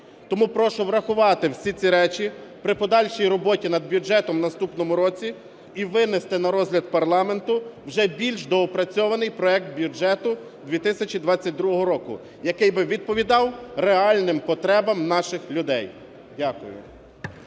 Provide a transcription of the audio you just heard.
Тому прошу врахувати всі ці речі при подальшій роботі над бюджетом у наступному році і винести на розгляд парламенту вже більш доопрацьований проект бюджету 2022 року, який би відповідав реальним потребам наших людей. Дякую.